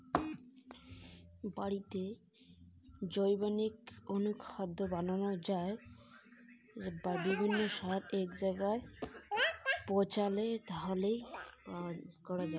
বাড়িতে কিভাবে জৈবিক অনুখাদ্য বানানো যায়?